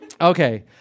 Okay